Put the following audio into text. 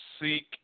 seek